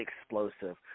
explosive